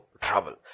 trouble